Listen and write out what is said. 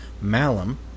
malum